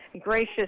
Gracious